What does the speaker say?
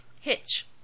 hitch